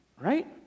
Right